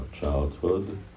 childhood